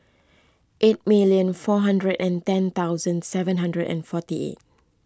eight million four hundred and ten thousand seven hundred and forty eight